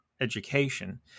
education